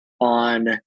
on